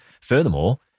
Furthermore